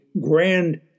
grand